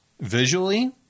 visually